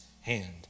hand